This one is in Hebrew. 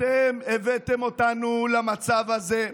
אתם הבאתם אותנו למצב הזה.